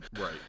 right